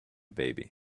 baby